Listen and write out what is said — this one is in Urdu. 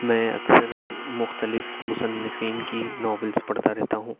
میں اکثر مختلف مصنفین کی ناولس پڑھتا رہتا ہوں